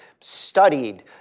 studied